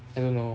I don't know